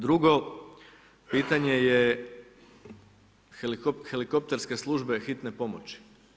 Drugo pitanje je helikopterske službe hitne pomoći.